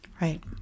right